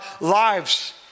lives